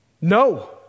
No